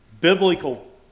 biblical